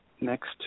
next